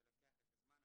זה לוקח את הזמן.